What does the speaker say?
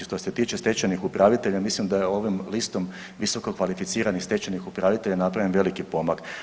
Što se tiče stečajnih upravitelja mislim da je ovom listom visokokvalificiranih stečajnih upravitelja napravljen veliki pomak.